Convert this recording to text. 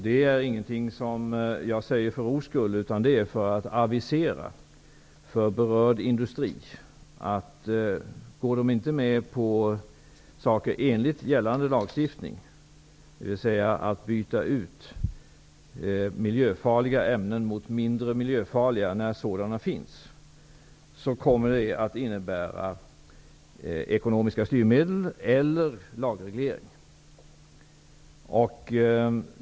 Detta är inte något som jag säger för ro skull, utan det är för att för berörd industri avisera att om man inte följer gällande lagstiftning, dvs. om man inte byter ut miljöfarliga ämnen mot mindre miljöfarliga när sådana finns, kommer det att innebära ekonomiska styrmedel eller lagreglering.